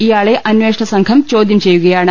ഇയാളെ അന്വേഷണസംഘം ച്യോദ്യം ചെയ്യുകയാണ്